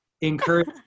encourage